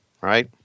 right